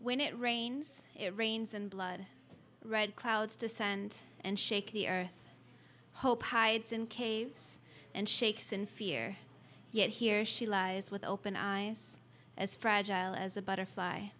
when it rains it rains and blood red clouds descend and shake the earth hope hides in caves and shakes in fear yet here she lies with open eyes as fragile as a butterfly